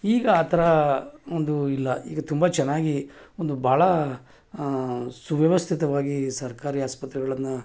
ಈಗ ಆ ಥರ ಒಂದು ಇಲ್ಲ ಈಗ ತುಂಬ ಚೆನ್ನಾಗಿ ಒಂದು ಭಾಳ ಸುವ್ಯವಸ್ಥಿತವಾಗಿ ಸರ್ಕಾರಿ ಆಸ್ಪತ್ರೆಗಳನ್ನು